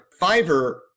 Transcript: Fiverr